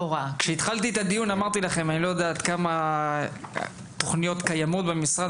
כשהתחלתי את הדיון אמרתי לכם שאני לא יודע כמה תוכניות קיימות במשרד,